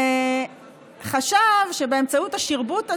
וחשב שבאמצעות השרבוט הזה,